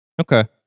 Okay